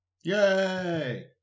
Yay